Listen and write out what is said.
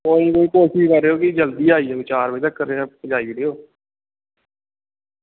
कोई निं कोशिश करेओ कि जल्दी आई जाओ कोई चार बजे तगर गै पजाई ओड़ेओ